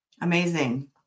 amazing